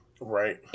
Right